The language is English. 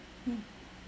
mm